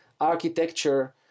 architecture